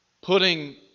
putting